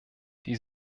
die